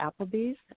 Applebee's